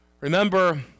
Remember